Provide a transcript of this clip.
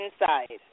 inside